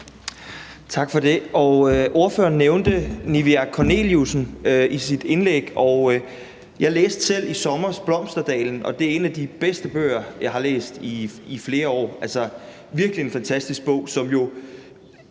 Tak for det. Ordføreren nævnte Niviaq Korneliussen i sit indlæg, og jeg læste selv i sommer »Blomsterdalen«, og det er en af de bedste bøger, jeg har læst i flere år, altså virkelig en fantastisk bog, som jo